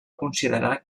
considerar